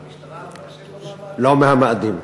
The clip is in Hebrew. המשטרה אמרה שהם לא מהמאדים?